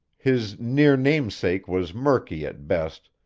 his near-namesake was murky at best,